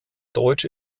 deutsch